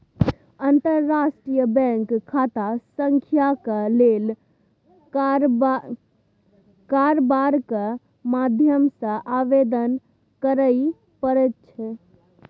अंतर्राष्ट्रीय बैंक खाता संख्याक लेल कारबारक माध्यम सँ आवेदन करय पड़ैत छै